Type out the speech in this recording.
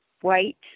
white